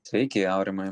sveiki aurimai